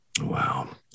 Wow